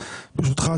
ברשותך,